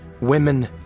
women